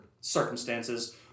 circumstances